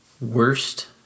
worst